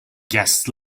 guest